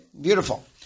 beautiful